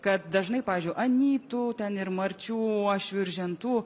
kad dažnai pavyzdžiui anytų ten ir marčių uošvių ir žentų